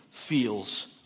feels